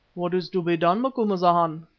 what is to be done, macumazana?